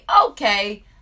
Okay